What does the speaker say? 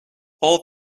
all